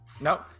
nope